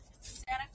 Santa